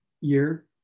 year